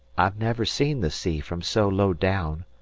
i've never seen the sea from so low down,